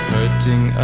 Hurting